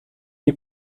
nie